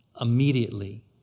immediately